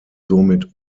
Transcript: somit